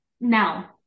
Now